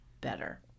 better